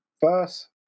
first